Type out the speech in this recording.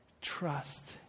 trust